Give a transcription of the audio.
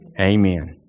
Amen